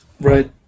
Right